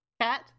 cat